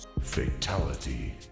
Fatality